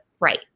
right